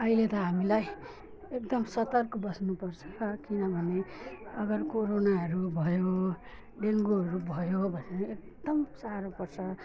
अहिले त हामीलाई एकदम सतर्क बस्नु पर्छ किनभने अगर कोरोनाहरू भयो डेङ्गुहरू भयो भने एकदम साह्रो पर्छ